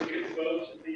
אין פקיד יערות עירוני,